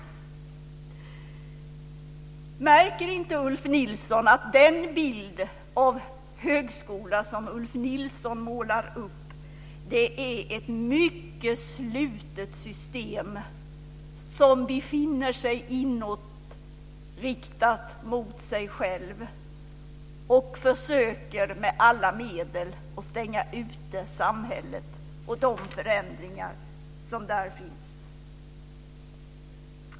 Märker inte Ulf Nilsson att den bild av högskolan som Ulf Nilsson målar upp är ett mycket slutet system som riktar sig inåt mot sig självt och med alla medel försöker att stänga ute samhället och de förändringar som där sker?